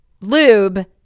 lube